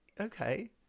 Okay